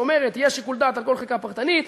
שאומרת שיהיה שיקול דעת על כל חלקה פרטנית,